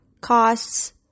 costs